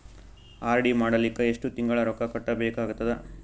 RD ಮಾಡಲಿಕ್ಕ ಎಷ್ಟು ತಿಂಗಳ ರೊಕ್ಕ ಕಟ್ಟಬೇಕಾಗತದ?